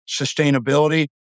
sustainability